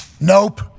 nope